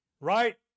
Right